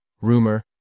rumor